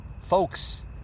Folks